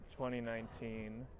2019